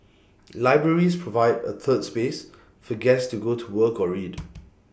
libraries provide A 'third space' for guest to go to work or read